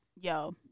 yo